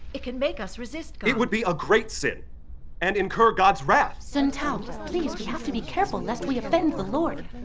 it can make us resist god. it would be a great sin and incur god's wrath! sun tao, please, we have to be careful and lest we offend the lord!